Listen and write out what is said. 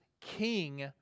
king